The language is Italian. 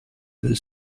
del